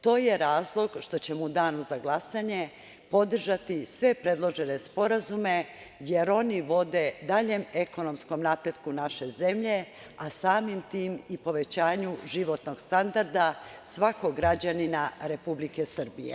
To je razlog što ćemo u danu za glasanje podržati sve predložene sporazume, jer oni vode daljem ekonomskom napretku naše zemlje, a samim tim i povećanju životnog standarda svakog građanina Republike Srbije.